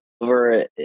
over